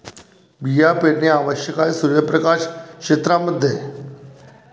बिया पेरणे आवश्यक आहे सूर्यप्रकाश क्षेत्रां मध्ये